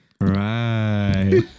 Right